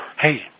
hey